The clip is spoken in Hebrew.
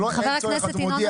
אם אני טועה חבריי ממד"א יגידו לי.